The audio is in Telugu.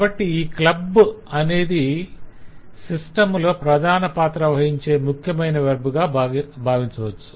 కాబట్టి 'club' అనేది సిస్టం లో ప్రధాన పాత్ర వహించే ముఖ్యమైన వెర్బ్ గా భావించవచ్చు